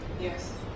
Yes